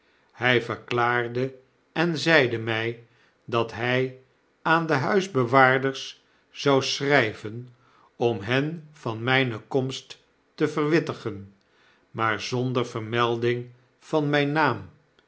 hij verklaarde en zeide my dat hij aan de huisbewaarders zou schrijven om hen van myne komst te verwittigen maar zonder vermelding van myn naam